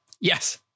Yes